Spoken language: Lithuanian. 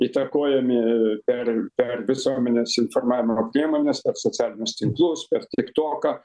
įtakojami per per visuomenės informavimo priemones per socialinius tinklus per tiktoką